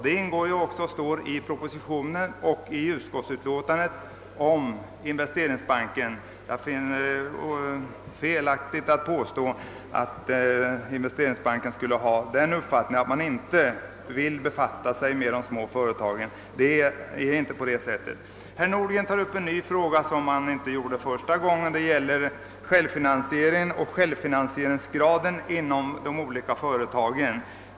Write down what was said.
Detta framhålles även i propositionen och i utlåtandet om Investeringsbanken. Jag finner det felaktigt att påstå att man inom Investeringsbanken inte vill befatta sig med de små företagen. Det förhåller sig inte så. Herr Nordgren tar nu upp en ny fråga som han inte berörde i sitt första anförande, nämligen självfinansieringsgraden inom de olika företagen.